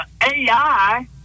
AI